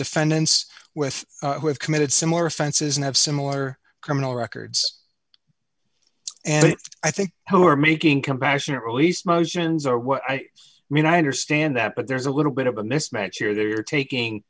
defendants with who have committed similar offenses and have similar criminal records and i think who are making compassionate release motions or what i mean i understand that but there's a little bit of a mismatch here they are taking